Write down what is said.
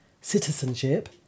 citizenship